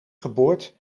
geboord